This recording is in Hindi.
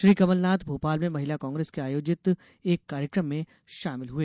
श्री कमलनाथ भोपाल में महिला कांग्रेस के आयोजित एक कार्यक्रम में शामिल हुए